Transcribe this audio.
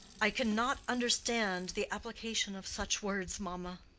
i cannot understand the application of such words, mamma.